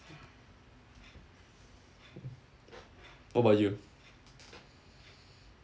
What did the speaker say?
what about you